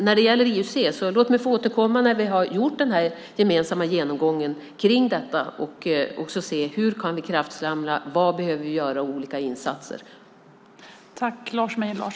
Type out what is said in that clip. När det gäller IUC vill jag återkomma när vi har gjort den gemensamma genomgången och se hur vi kan kraftsamla och vilka insatser vi behöver göra.